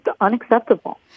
unacceptable